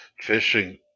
Fishing